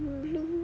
blue